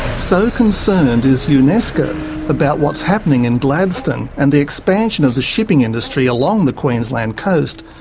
so concerned is unesco about what's happening in gladstone, and the expansion of the shipping industry along the queensland coast,